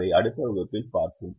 அதை அடுத்த வகுப்பில் பார்ப்போம்